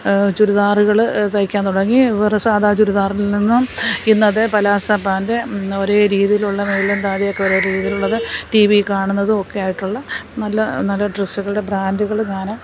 ചുരിദാറുകൾ തയ്ക്കാൻ തുടങ്ങി വേറെ സാധാ ചുരിദാറിൽ നിന്നും ഇന്നത് പലാസ പാൻ്റ് ഒരേ രീതിയിലുള്ള മേലിലും താഴെയുമൊക്കെ ഒരേ രീതിയിലുള്ളത് ടി വിയിൽ കാണുന്നതും ഒക്കെ ആയിട്ടുള്ള നല്ല നല്ല ഡ്രെസ്സുകളുടെ ബ്രാന്റുകൾ ഞാൻ